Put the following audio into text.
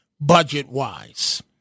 budget-wise